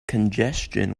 congestion